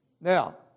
Now